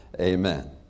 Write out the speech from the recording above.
Amen